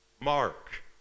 Mark